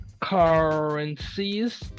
currencies